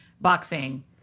boxing